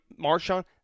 Marshawn